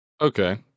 Okay